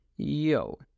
Yo